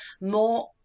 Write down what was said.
more